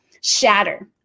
shatter